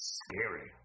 scary